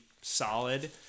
solid